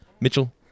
Mitchell